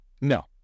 No